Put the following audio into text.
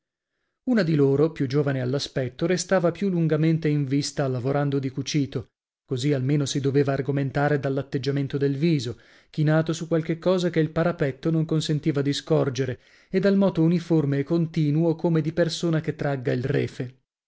una di loro più giovane all'aspetto restava più lungamente in vista lavorando di cucito così almeno si doveva argomentare dall'atteggiamento del viso chinato su qualche cosa che il parapetto non consentiva di scorgere e dal moto uniforme e continuo come di persona che tragga il refe